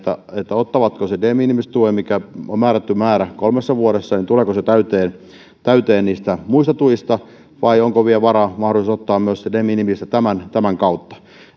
ottavatko sen de minimis tuen mikä on määrätty määrä kolmessa vuodessa eli tuleeko se täyteen täyteen muista tuista vai onko vielä varaa ja mahdollisuus ottaa myös sitä de minimistä tämän tämän kautta